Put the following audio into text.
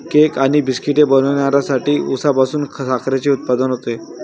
cake आणि बिस्किटे बनवण्यासाठी उसापासून साखरेचे उत्पादन होते